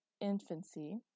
infancy